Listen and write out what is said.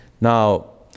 Now